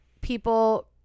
people